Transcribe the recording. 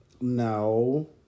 No